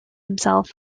himself